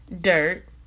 dirt